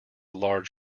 large